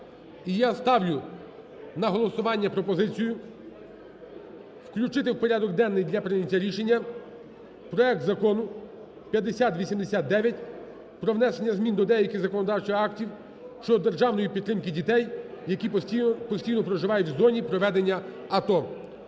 я ставлю на голосування пропозицію включити в порядок денний для прийняття рішення проект Закону 5089, про внесення змін до деяких законодавчих актів щодо державної підтримки дітей, які постійно проживають в зоні проведення АТО.